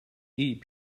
eat